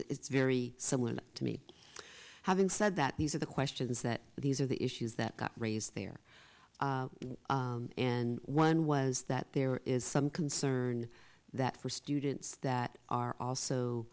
it's very similar to me having said that these are the questions that these are the issues that got raised there and one was that there is some concern that for students that are al